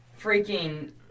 freaking